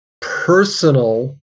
personal